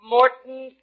Morton